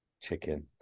Chicken